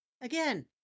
Again